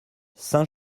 saint